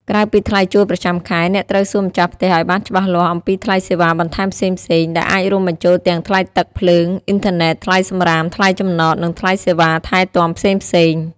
ក្រៅពីថ្លៃជួលប្រចាំខែ អ្នកត្រូវសួរម្ចាស់ផ្ទះឱ្យបានច្បាស់លាស់អំពីថ្លៃសេវាបន្ថែមផ្សេងៗ ដែលអាចរួមបញ្ចូលទាំងថ្លៃទឹក ភ្លើង អ៊ីនធឺណេត ថ្លៃសំរាម ថ្លៃចំណត និងថ្លៃសេវាថែទាំផ្សេងៗ។